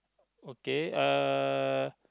okay uh